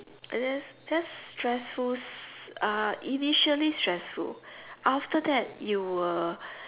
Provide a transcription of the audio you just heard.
and that's that's stressful uh initially stressful after that you will